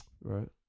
Right